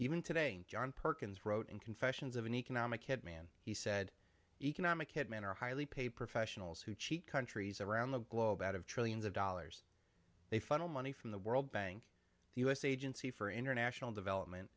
even today john perkins wrote in confessions of an economic hit man he said economic hit men are highly paid professionals who cheat countries around the globe out of trillions of dollars they funnel money from the world bank the u s agency for international development